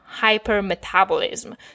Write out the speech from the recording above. hypermetabolism